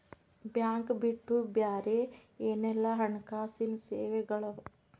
Bank ಬಿಟ್ಟು ಬ್ಯಾರೆ ಏನೆಲ್ಲಾ ಹಣ್ಕಾಸಿನ್ ಸೆವೆಗಳವ?